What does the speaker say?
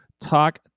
talk